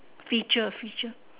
feature feature